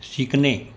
शिकणे